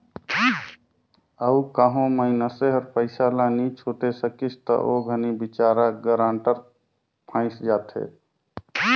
अउ कहों मइनसे हर पइसा ल नी छुटे सकिस ता ओ घनी बिचारा गारंटर फंइस जाथे